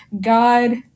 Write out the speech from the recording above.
God